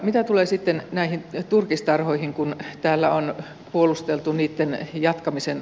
mitä tulee sitten näihin turkistarhoihin kun täällä on puolusteltu niitten olemassaoloa